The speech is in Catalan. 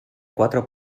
quatre